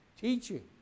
teaching